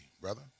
brother